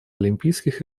олимпийских